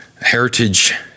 heritage